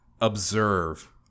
observe